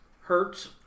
Hertz